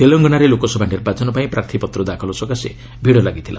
ତେଲଙ୍ଗାନାରେ ଲୋକସଭା ନିର୍ବାଚନ ପାଇଁ ପ୍ରାର୍ଥୀପତ୍ର ଦାଖଲ ସକାଶେ ଭିଡ଼ ଲାଗିଥିଲା